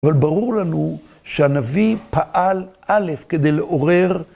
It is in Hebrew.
אבל ברור לנו שהנביא פעל א' כדי לעורר